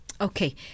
Okay